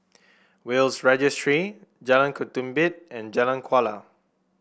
Will's Registry Jalan Ketumbit and Jalan Kuala